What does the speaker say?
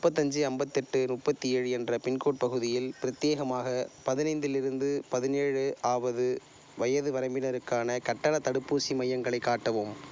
முப்பத்தஞ்சு ஐம்பத்தெட்டு முப்பத்தி ஏழு என்ற பின்கோடு பகுதியில் பிரத்யேகமாக பதினைந்திலிருந்து பதினேழு ஆவது வயது வரம்பினருக்கான கட்டணத் தடுப்பூசி மையங்களை காட்டவும்